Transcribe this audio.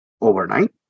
overnight